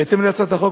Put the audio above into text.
בהתאם להצעת החוק,